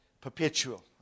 perpetual